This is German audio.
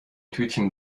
tütchen